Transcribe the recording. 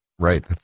Right